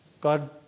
God